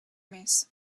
mes